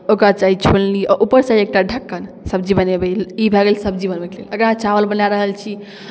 ओहिके बाद चाही छोलनी आ ऊपरसँ एकटा ढक्कन सब्जी बनेबै ई भऽ गेल सब्जी बनबै लेल अगर अहाँ चावल बना रहल छी